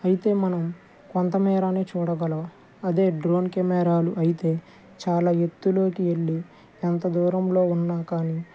అయితే మనం కొంతమేరా చూడగలం అదే డ్రోన్ కెమెరాలు అయితే చాలా ఎత్తులోకి వెళ్ళి ఎంత దూరంలో ఉన్నా కానీ